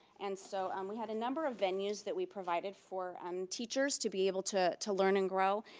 and so um we had a number of venues, that we provided for um teachers, to be able to to learn and grow.